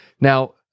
Now